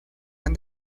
han